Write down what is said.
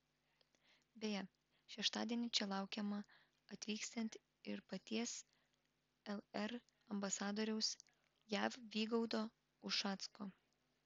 beje šeštadienį čia laukiamą atvykstant ir paties lr ambasadoriaus jav vygaudo ušacko